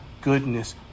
goodness